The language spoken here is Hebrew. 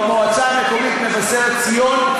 במועצה המקומית מבשרת-ציון,